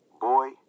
Boy